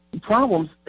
problems